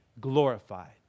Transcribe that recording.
glorified